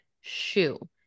shoe